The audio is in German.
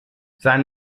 sein